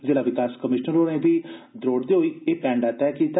जिला विकास कमीशनर होरें बी द्रौड़दे होई एह पैडां तैह कीता